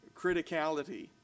criticality